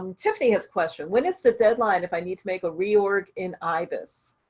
um tiffany has question when is the deadline if i need to make a reorg in ibis?